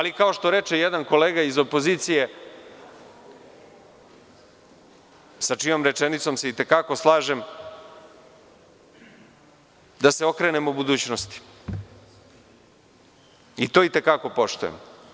Kao što reče jedan kolega iz opozicije, sa čijom rečenicom se itekako slažem, da se okrenemo budućnosti i to itekako poštujem.